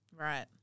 Right